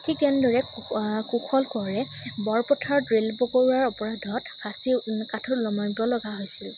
ঠিক তেনেদৰে কুশ কুশল কোঁৱৰে বৰপথাৰত ৰেল বগৰোৱাৰ অপৰাধত ফাঁচি কাঠত উলমিবলগীয়া হৈছিল